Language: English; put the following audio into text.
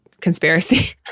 conspiracy